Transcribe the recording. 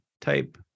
type